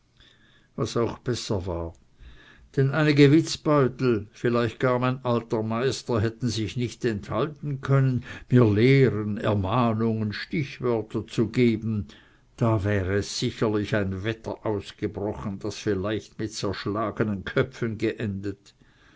was auch besser war denn einige witzbeutel vielleicht gar mein alter meister hätten sich nicht enthalten können mir lehren ermahnungen stichwörter zu geben da wäre sicherlich ein wetter ausgebrochen das vielleicht mit zerschlagenen köpfen geendet